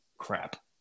crap